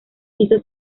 hizo